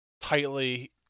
tightly